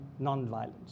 nonviolence